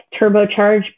turbocharge